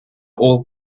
all